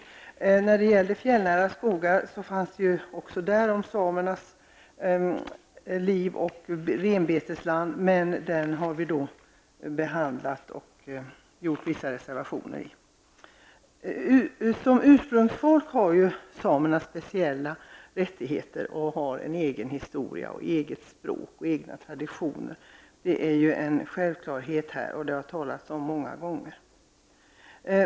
I propositionen om de fjällnära skogarna togs samernas liv och renbetesland upp, men den har vi redan behandlat och gjort vissa reservationer i. Som ursprungsfolk har samerna speciella rättigheter och en egen historia, ett eget språk och egna traditioner. Det är ju en självklarhet, och detta har det talats om många gånger.